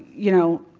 you know,